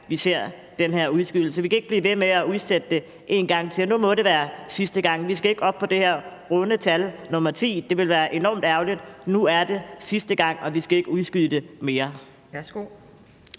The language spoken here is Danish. vi ser den her udskydelse. Vi kan ikke blive ved med at udsætte det en gang til, og nu må det være sidste gang. Vi skal ikke op på det her runde tal, nr. 10. Det ville være enormt ærgerligt. Nu er det sidste gang, og vi skal ikke udskyde det mere.